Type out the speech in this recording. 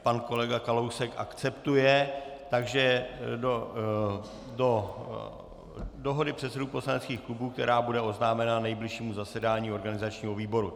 Pan kolega Kalousek akceptuje, takže do dohody předsedů poslaneckých klubů, která bude oznámena nejbližšímu zasedání organizačního výboru.